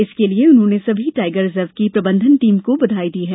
इसके लिए उन्होंने सभी टाइगर रिज़र्व की प्रबंधन टीम को बधाई दी है